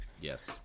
Yes